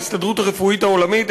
ההסתדרות הרפואית העולמית,